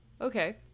okay